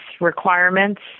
requirements